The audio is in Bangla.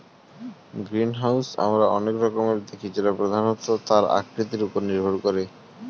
গ্রিনহাউস আমরা অনেক রকমের দেখি যেটা প্রধানত তার আকৃতির ওপর নির্ভর করে